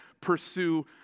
pursue